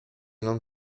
non